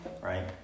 Right